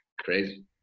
Crazy